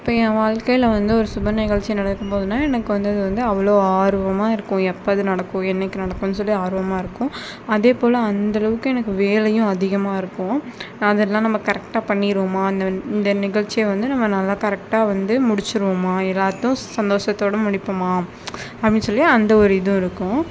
இப்போ என் வாழ்க்கையில் வந்து ஒரு சுப நிகழ்ச்சி நடக்கப்போகுதுன்னா எனக்கு வந்து அது வந்து அவ்வளோ ஆர்வமாக இருக்கும் எப்போ அது நடக்கும் என்றைக்கு நடக்கும் சொல்லி ஆர்வமாக இருக்கும் அதேபோல் அந்தளவுக்கு எனக்கு வேலையும் அதிகமாக இருக்கும் அதெல்லாம் நம்ம கரெக்ட்டாக பண்ணிடுவோமா இந்த நிகழ்ச்சியை வந்து நம்ம நல்லா கரெக்ட்டாக வந்து முடிச்சிடுவோமா எல்லாத்தையும் சந்தோஷத்தோட முடிப்போமா அப்படினு சொல்லி அந்த ஒரு இதுவும் இருக்கும்